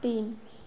तीन